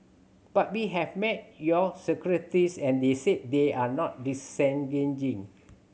but we have met your secretaries and they said they are not disengaging